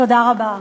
תודה רבה.